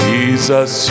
Jesus